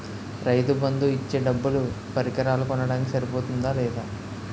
రైతు బందు ఇచ్చే డబ్బులు పరికరాలు కొనడానికి సరిపోతుందా లేదా?